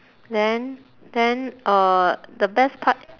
then then uh the best part